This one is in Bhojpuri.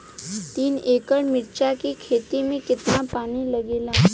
तीन एकड़ मिर्च की खेती में कितना पानी लागेला?